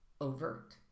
overt